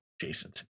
Jason